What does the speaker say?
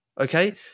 okay